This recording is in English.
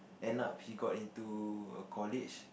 end up he got into a college